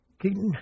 Keaton